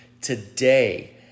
today